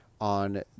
On